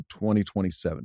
2027